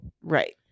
Right